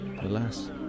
Alas